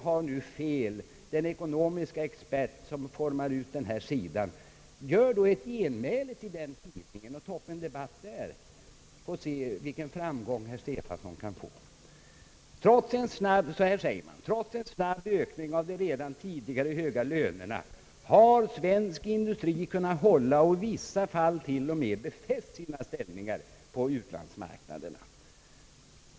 Om nu den ekonomiska ex« pertis som har utformat den här sidan av tidningen har fel, gör då ett genmäle till tidningen och ta där upp en debatt, herr Stefanson, så får vi se vilken framgång herr Stefanson kan få. Så här säger tidningen: Trots en snabb ökning av de redan tidigare höga lönerna har svensk industri kunnat hålla och i vissa fall t.o.m. kunnat pefästa sina ställningar på utlandsmarknaden.